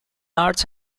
arts